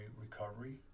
recovery